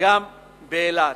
גם באילת.